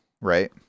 right